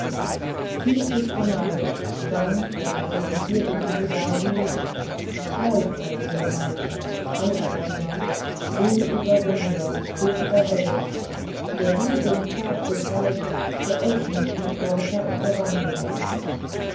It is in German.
tief sich verneigend sang oder rezitierte isidasi preis sei dir meister allerbarmer wehüberwinder höchster held der du den pfad gezeigt geöffnet die pforte aus der wandelwelt